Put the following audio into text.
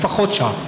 לפחות שעה.